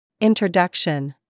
Introduction